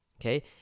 okay